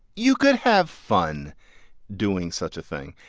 you could have fun doing such a thing.